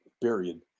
Period